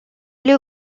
you